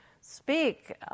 speak